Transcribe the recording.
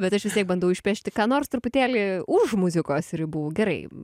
bet aš vis tiek bandau išpešti ką nors truputėlį už muzikos ribų gerai